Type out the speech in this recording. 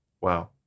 Wow